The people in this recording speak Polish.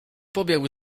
pobiegł